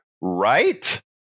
right